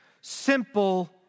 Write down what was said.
simple